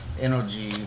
energy